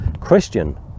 christian